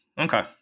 okay